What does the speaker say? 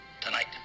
tonight